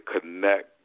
connect